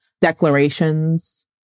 declarations